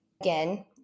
again